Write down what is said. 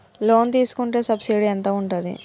Loan తీసుకుంటే subsidy ఎంత ఉంటది?